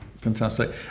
Fantastic